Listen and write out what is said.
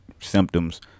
symptoms